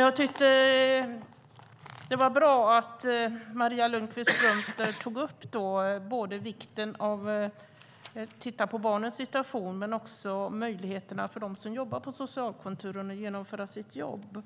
Jag tycker att det var bra att Maria Lundqvist-Brömster tog upp vikten av att titta på barnens situation och möjligheterna för dem som jobbar på socialkontoren att göra sitt jobb.